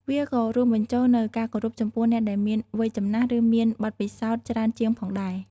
វាក៏រួមបញ្ចូលនូវការគោរពចំពោះអ្នកដែលមានវ័យចំណាស់ ឬមានបទពិសោធន៍ច្រើនជាងផងដែរ។